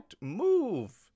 move